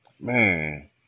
man